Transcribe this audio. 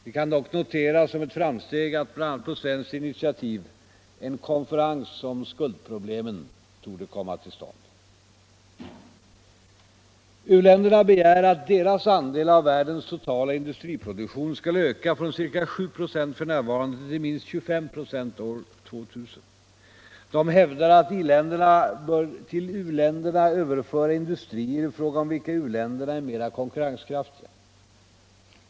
Vi kan dock notera som ett framsteg att bl.a. på svenskt initiativ en konferens om skuldproblemen torde komma till stånd. U-länderna begär att deras andel av världens totala industriproduktion skall öka från ca 7 96 f. n. till minst 25 96 år 2000. De hävdar att i-länderna bör till u-länderna överföra industrier i fråga om vilka u-länderna är mera konkurrenskraftiga.